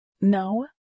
No